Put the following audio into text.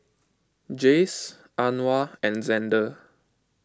Jayce Anwar and Xander